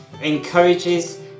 encourages